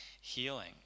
healing